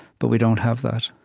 but we don't have that,